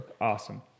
awesome